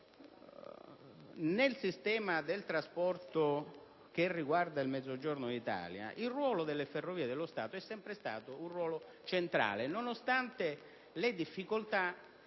Nel sistema del trasporto riferito al Mezzogiorno d'Italia il ruolo delle Ferrovie dello Stato è sempre stato centrale nonostante le difficoltà